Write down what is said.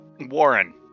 Warren